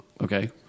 Okay